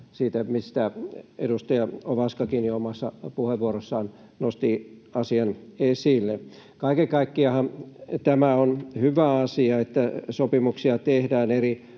kuten edustaja Ovaskakin jo omassa puheenvuorossaan nosti asian esille. Kaiken kaikkiaanhan tämä on hyvä asia, että sopimuksia tehdään eri